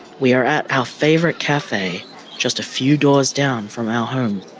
we are at our favourite cafe just a few doors down from our home.